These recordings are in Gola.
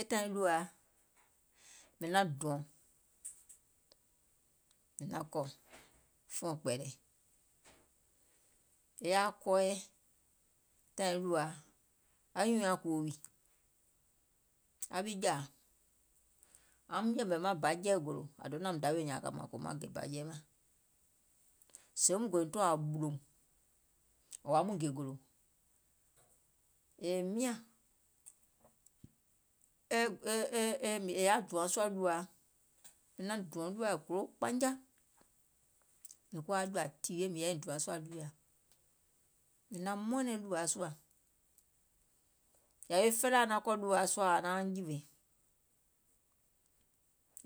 E tàìŋ ɗùȧa, mìŋ naŋ dùɔ̀ŋ mìŋ naŋ kɔ̀ fùɔ̀ŋ kpɛ̀ɛ̀lɛ̀, è yaȧ kɔɔyɛ tàìŋ ɗùȧa, anyùùŋ nyaŋ kùwò wì aŋ wi jȧȧ, aum yɛ̀mɛ̀ maŋ ba jɛi gòlò ȧŋ donȧim dawè nyȧȧŋ kòò maŋ gè ba jɛi mɛɛ̀ŋ, sèè muŋ gòiŋ tɔɔ̀ ȧŋ ɓùlòùm ɔ̀ɔ̀ aum miŋ gè gòlò, yèè miȧŋ è yaȧ dùȧŋ sùȧ ɗùȧa, mìŋ naŋ dùɔ̀ŋ ɗùȧa golò kpanya, mìŋ kuwa jɔ̀ȧ tìyèe mìŋ yaȧ dùȧŋ sùà ɗùȧa, mìŋ naŋ mɔɔnɛ̀ŋ ɗùȧa sùà, yàwi felaaȧ naŋ kɔ̀ ɗùȧa sùȧa ȧŋ nauŋ jìwè,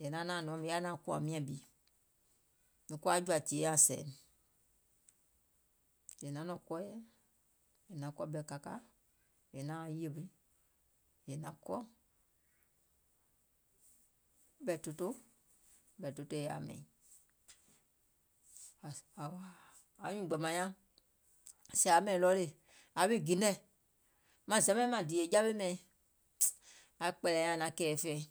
è naŋ naȧŋ nɔ̀ŋ mìŋ yaȧ naȧŋ kùȧŋ miȧŋ bi mìŋ kuwa aŋ jɔ̀ȧ tìyèe ȧŋ sɛ̀ɛ̀ìm, è naŋ nɔ̀ŋ kɔɔyɛ è naŋ kɔ̀ ɓɛ̀ kakȧ, è naaŋ yèwè è naŋ kɔ̀ ɓɛ̀ toto, ɓɛ̀ toto è yaȧ mɛ̀iŋ, aŋ nyùùŋ gbȧmȧŋ nyaŋ sèè aŋ mɛ̀iŋ ready, aŋ wi genɛ̀, maŋ zɛmɛɛŋ mȧŋ dìì è jawe mɛ̀iŋ, aŋ kpɛ̀ɛ̀lɛ̀ nyaŋ kɛ̀ɛ̀fɛ̀ɛ̀,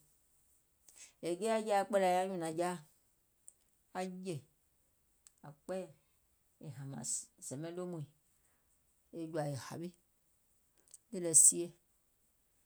è jeȧ jɛ̀i aŋ kpɛ̀ɛ̀lɛ̀ nyaŋ nyùnȧŋ jaȧ aŋ jè, ȧŋ kpɛɛyɛ̀ e hȧmȧŋ zɛmɛɛŋ lomùiŋ e jɔ̀ȧ e hawe, nìì lɛ sie